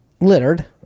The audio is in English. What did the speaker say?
Littered